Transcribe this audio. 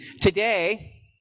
Today